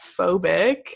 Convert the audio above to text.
phobic